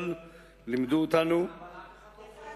אבל אף אחד לא קובע,